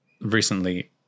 recently